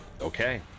Okay